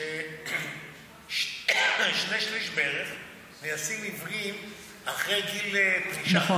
היא ששני-שלישים בערך נעשים עיוורים אחרי גיל פרישה.